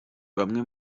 bamwe